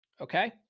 okay